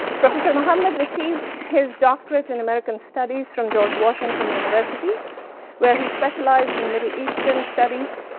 professor muhammad received his doctorate in american studies from george washington university where he specialized in middle eastern studies,